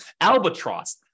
Albatross